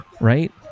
right